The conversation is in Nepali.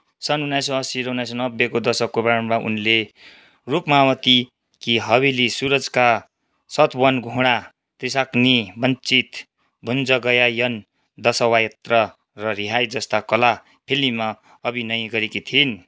सन् उनाइसौँ असी र उन्नाइसौँ नब्बेको दशकको प्रारम्भमा उनले रुक्मावती की हवेली सुरज का सत्वन घोडा त्रिशाग्नी वञ्चित भुजंगयायण दशावयत्रा र रिहाई जस्ता कला फिल्ममा अभिनय गरेकी थिइन्